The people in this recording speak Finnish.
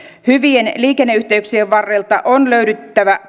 hyvien liikenneyhteyksien varrelta on löydyttävä